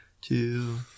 two